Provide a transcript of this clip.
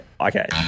okay